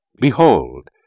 Behold